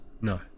No